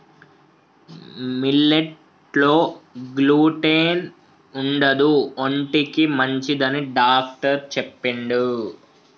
millet లో gluten ఉండదు ఒంటికి మంచిదని డాక్టర్ చెప్పిండు